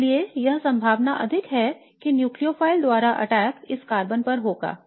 इसलिए यह संभावना अधिक है कि न्यूक्लियोफाइल द्वारा अटैक इस कार्बन पर होगा